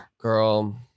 girl